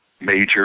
Major